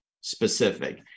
specific